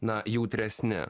na jautresni